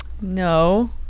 No